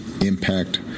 impact